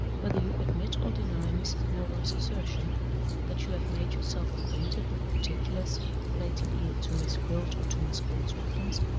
whether you admit or deny mrs. milroy's assertion that you have made yourself acquainted with particulars relating either to miss gwilt or to miss gwilt's reference,